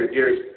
years